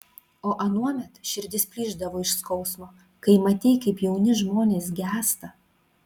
o anuomet širdis plyšdavo iš skausmo kai matei kaip jauni žmonės gęsta